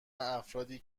افرادی